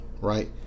Right